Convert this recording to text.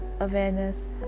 awareness